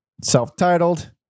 self-titled